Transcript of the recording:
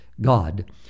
God